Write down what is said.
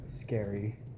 Scary